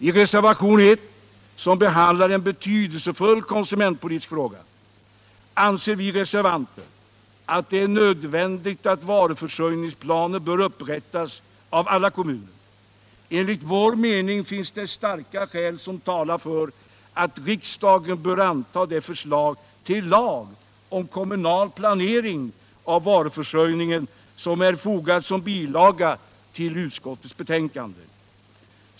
I reservationen 1, som behandlar en betydelsefull konsumentpolitisk fråga, framhåller vi reservanter att det är nödvändigt att varuförsörjningsplaner upprättas av alla kommuner. Enligt vår mening talar starka skäl för att riksdagen antar det förslag till lag om kommunal planering av varuförsörjningen som är fogat som bilaga till utskottets betänkande.